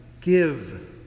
give